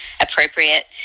appropriate